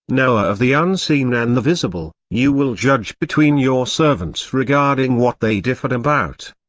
knower of the unseen and the visible, you will judge between your servants regarding what they differed about.